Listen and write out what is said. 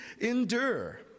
endure